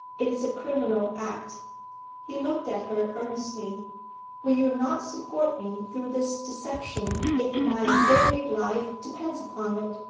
it is a criminal act he looked at her earnestly will you not support me through this deception if my very life depends upon it?